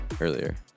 earlier